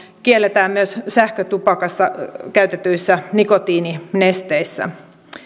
kielletään myös sähkötupakassa käytetyissä nikotiininesteissä